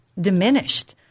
diminished